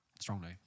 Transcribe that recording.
strongly